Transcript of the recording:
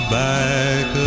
back